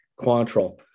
Quantrill